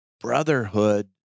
brotherhood